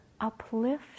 uplift